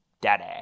daddy